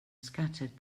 scattered